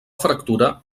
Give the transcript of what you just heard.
fractura